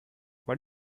what